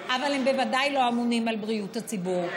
אבל הם בוודאי לא אמונים על בריאות הציבור.